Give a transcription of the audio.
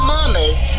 Mama's